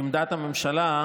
שלא הצביעו.